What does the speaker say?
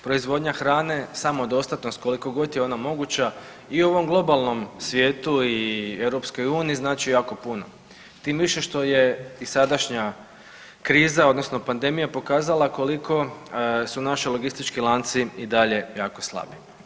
Proizvodnja hrane, samodostatnost koliko god je ona moguća i u ovom globalnom svijetu i u EU znači jako puno, tim više što je i sadašnja kriza odnosno pandemija pokazala koliko su naši logistički lanci i dalje jako slabi.